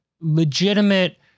legitimate